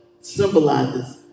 symbolizes